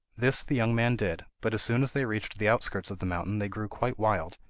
this the young man did, but as soon as they reached the outskirts of the mountain they grew quite wild,